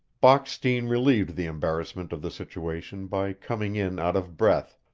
bockstein relieved the embarrassment of the situation by coming in out of breath,